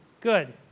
good